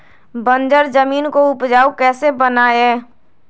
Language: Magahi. बंजर जमीन को उपजाऊ कैसे बनाय?